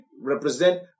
represent